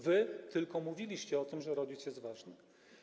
Wy tylko mówiliście o tym, że rodzic jest ważny.